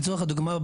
לצורך הדוגמא,